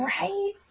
Right